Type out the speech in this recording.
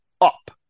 up